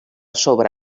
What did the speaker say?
sobre